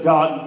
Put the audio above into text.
God